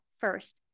first